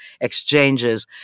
exchanges